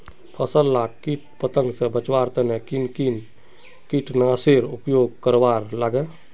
फसल लाक किट पतंग से बचवार तने किन किन कीटनाशकेर उपयोग करवार लगे?